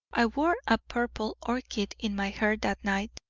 i wore a purple orchid in my hair that night,